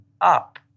up